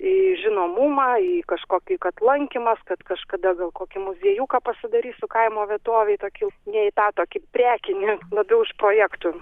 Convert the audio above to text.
į žinomumą į kažkokį kad lankymas kad kažkada gal kokį muziejuką pasidarysiu kaimo vietovėj tokių ne į tą tokį prekinį labiau iš projektų